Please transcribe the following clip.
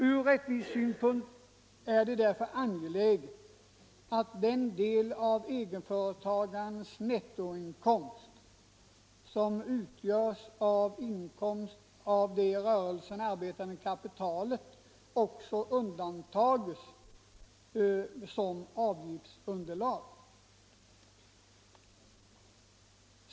Ur rättvisesynpunkt är det därför angeläget att den del av egenföretagarens nettoinkomst som utgörs av inkomst av det i rörelsen arbetande kapitalet undantas som avgiftsunderlag.